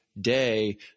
day